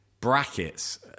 brackets